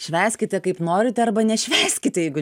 švęskite kaip norite arba nešvęskite jeigu